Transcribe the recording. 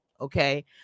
okay